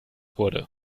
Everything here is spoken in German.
wurde